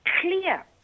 clear